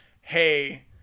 Hey